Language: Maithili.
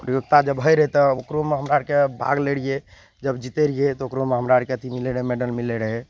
प्रतियोगिता जब होइ रहय तऽ ओकरोमे हमरा अरके भाग लै रहियै जब जीतय रहियै तऽ ओकरोमे हमरा अरके अथी मिलय रहय मेडल मिलय रहय